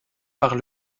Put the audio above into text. par